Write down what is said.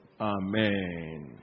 Amen